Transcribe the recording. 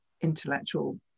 intellectual